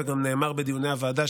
וגם נאמר בדיוני הוועדה,